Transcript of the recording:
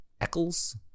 Eccles